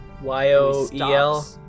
Y-O-E-L